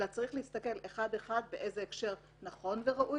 אלא צריך להסתכל אחד אחד באיזה הקשר נכון וראוי